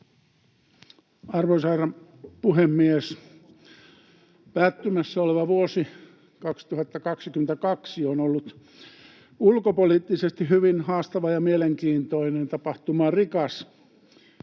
Arvoisa herra puhemies! Päättymässä oleva vuosi 2022 on ollut ulkopoliittisesti hyvin haastava ja mielenkiintoinen, tapahtumarikas.